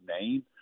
name